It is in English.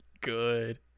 Good